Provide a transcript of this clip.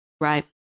Right